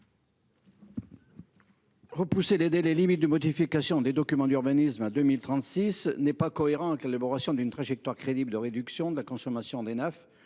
Repousser les délais limites de modification des documents d’urbanisme à 2036 n’est pas cohérent avec l’élaboration d’une trajectoire crédible de réduction de la consommation d’Enaf